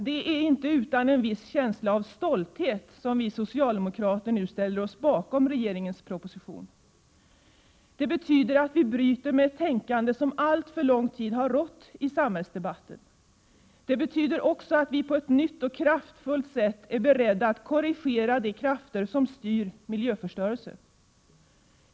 Det är inte utan en viss känsla av stolthet som vi socialdemokrater nu ställer oss bakom regeringens proposition. Det betyder att vi bryter med ett tänkande som alltför lång tid rått i samhällsdebatten. Det betyder också att vi på ett nytt och kraftfullt sätt är beredda att korrigera de krafter som styr miljöförstörelsen.